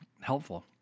helpful